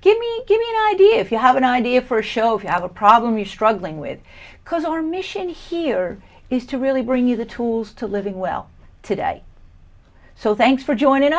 give me give me an idea if you have an idea for a show if you have a problem you're struggling with because our mission here is to really bring you the tools to living well today so thanks for joining